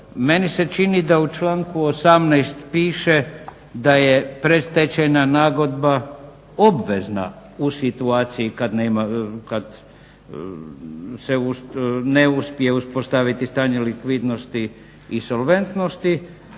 Meni se čini da u članku 18. piše da je predstečajna nagodba obvezna u situaciji kad se ne uspije uspostaviti stanje likvidnosti i solventnosti.